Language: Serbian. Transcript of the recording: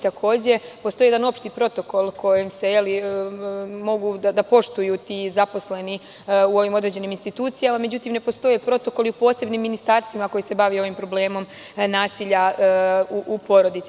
Takođe, postoji jedan opšti protokol kojim mogu da poštuju ti zaposleni u ovim određenim institucijama, međutim ne postoje protokolom u posebnim ministarstvima koji se bave ovim problemom nasilja u porodici.